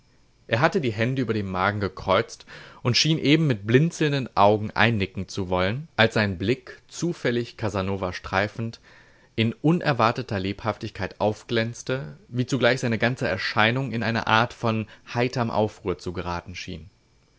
er hatte die hände über dem magen gekreuzt und schien eben mit blinzelnden augen einnicken zu wollen als sein blick zufällig casanova streifend in unerwarteter lebhaftigkeit aufglänzte wie zugleich seine ganze erscheinung in eine art von heiterm aufruhr zu geraten schien